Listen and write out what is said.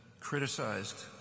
criticized